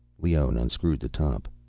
leone unscrewed the top.